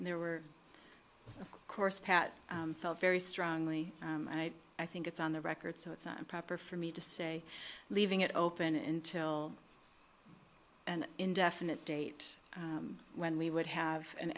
and there were of course pat felt very strongly i think it's on the record so it's not proper for me to say leaving it open until an indefinite date when we would have an